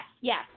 yes